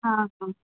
हां हां